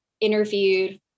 interviewed